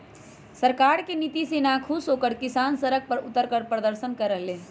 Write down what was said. सरकार के नीति से नाखुश होकर किसान सड़क पर उतरकर प्रदर्शन कर रहले है